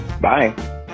Bye